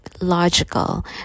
logical